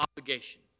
obligation